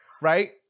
right